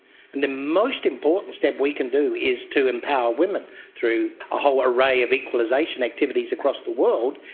and the most important step we can do is to empower women through a whole array of equalisation activities across the world,